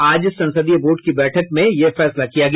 आज संसदीय बोर्ड की बैठक में यह फैसला किया गया